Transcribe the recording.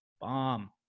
Bomb